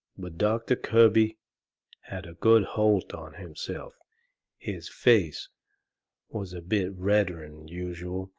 but doctor kirby had a good holt on himself his face was a bit redder'n usual,